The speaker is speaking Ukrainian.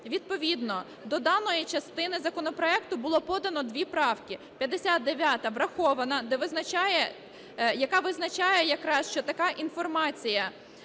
Відповідно до даної частини законопроекту було подано дві правки. 59-а врахована, яка визначає якраз, що така інформація,